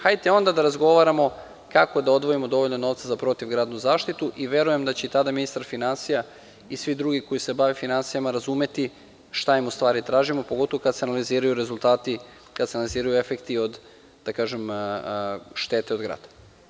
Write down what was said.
Hajte, onda da razgovaramo kako da odvojimo dovoljno novca za protivgradnu zaštitu i verujem da će i tada ministar finansija i svi drugi koji se bave finansijama razumeti šta im u stvari tražimo, pogotovo kada se analiziraju rezultati, kada se analiziraju efekti od da kažem od štete od grada.